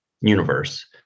universe